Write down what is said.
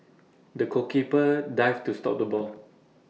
the goalkeeper dived to stop the ball